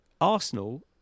Arsenal